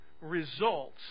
results